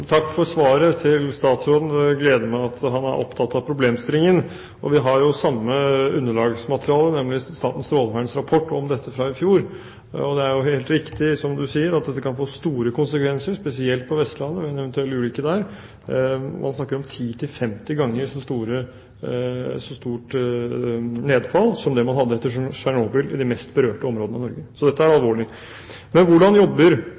han er opptatt av problemstillingen. Vi har jo det samme underlagsmaterialet om dette, nemlig Statens stråleverns rapport fra i fjor. Det er jo helt riktig, som statsråden sier, at en eventuell ulykke kan få store konsekvenser, spesielt på Vestlandet. Man snakker om ti til femti ganger så stort nedfall som det man hadde etter Tsjernobyl, i de mest berørte områdene i Norge. Så dette er alvorlig. Hvordan jobber statsråden konkret mot britiske myndigheter? Han nevnte at det hadde vært møter. Hvor tett er den dialogen? Men også: Hvordan jobber